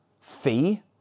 fee